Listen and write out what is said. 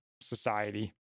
society